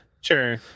Sure